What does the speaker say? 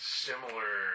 similar